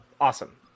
awesome